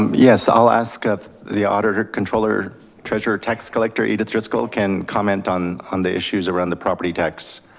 yes, i'll ask ah the auditor controller treasurer tax collector edith driscoll can comment on on the issues around the property tax.